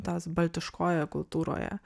tas baltiškojoje kultūroje